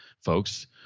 folks